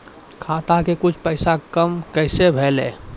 खाता के कुछ पैसा काम कैसा भेलौ?